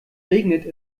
regnet